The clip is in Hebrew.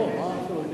לא, למה?